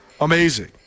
Amazing